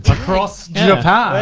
across japan.